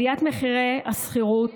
עליית מחירי השכירות